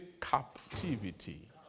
captivity